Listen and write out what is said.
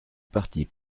partis